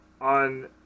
on